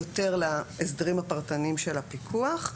יותר להסדרים הפרטיים של הפיקוח,